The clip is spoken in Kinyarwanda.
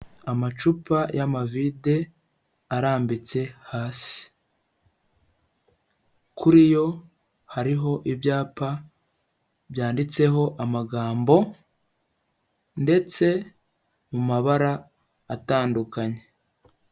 Amacupa y'amavide arambitse hasi, kuri yo hariho ibyapa byanditseho amagambo ndetse mu mabara atandukanye.